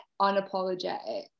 unapologetic